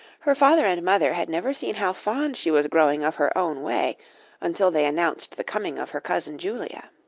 her father and mother had never seen how fond she was growing of her own way until they announced the coming of her cousin julia.